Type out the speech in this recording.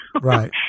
right